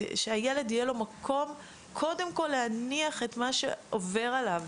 שלילד קודם כל יהיה מקום להניח את מה שעובר עליו".